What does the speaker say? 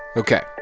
ok,